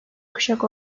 kuşak